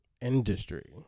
industry